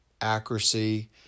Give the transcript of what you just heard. accuracy